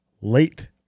late